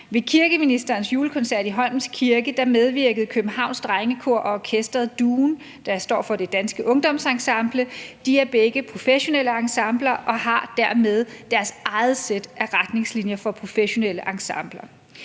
Ved kirkeministerens julekoncert i Holmens Kirke medvirkede Københavns Drengekor og orkestret DUEN, hvilket står for Det danske Ungdomsensemble. De er begge professionelle ensembler og har dermed deres eget sæt af retningslinjer for professionelle ensembler.